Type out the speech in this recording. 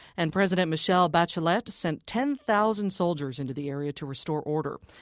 and president michelle bachelet sent ten thousand soldiers into the area to restore order.